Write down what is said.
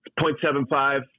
0.75